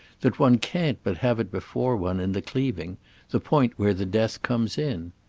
that one can't but have it before one, in the cleaving the point where the death comes in.